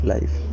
Life